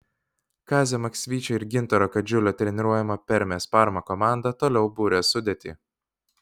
kazio maksvyčio ir gintaro kadžiulio treniruojama permės parma komanda toliau buria sudėtį